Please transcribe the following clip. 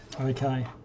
Okay